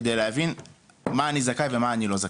כדי להבין למה אני זכאי ולמה אני לא זכאי.